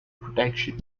protection